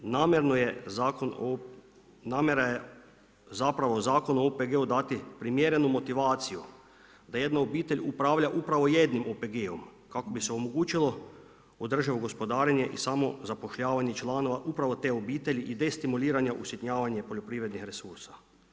Namjera je zapravo Zakonu o OPG-u dati primjerenu motivaciju da jedna obitelj upravlja upravo jednim OPG-om kako bi se omogućilo održivo gospodarenje i samozapošljavanje članova upravo te obitelji i destimuliranja usitnjavanja poljoprivrednih resursa.